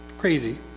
crazy